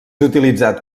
utilitzat